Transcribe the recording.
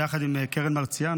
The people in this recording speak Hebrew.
ביחד עם קרן מרציאנו,